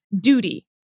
duty